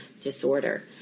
disorder